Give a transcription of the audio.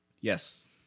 Yes